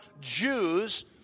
Jews